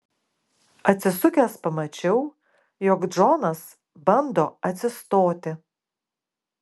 atsisukęs pamačiau jog džonas bando atsistoti